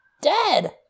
dead